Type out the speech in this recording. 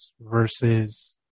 versus